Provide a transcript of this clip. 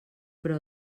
però